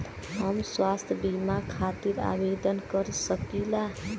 हम स्वास्थ्य बीमा खातिर आवेदन कर सकीला?